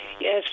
Yes